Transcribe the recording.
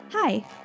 Hi